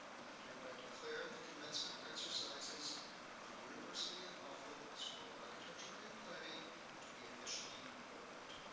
hereby declare the commencement exercises of the university at buffalo school of architecture and planning to be officially opened.